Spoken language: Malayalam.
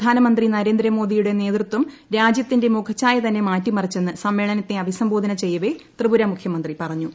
പ്രധാനമന്ത്രി നരേന്ദ്രമോദിയുടെ നേതൃത്വം രാജ്യത്തിന്റെ തന്നെ മാറ്റിമറിച്ചെന്ന് സമ്മേളനത്തെ മുഖച്ചായ അഭിസംബോധന ചെയ്യവെ ത്രിപുര മുഖ്യമന്ത്രി പറഞ്ഞു